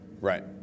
Right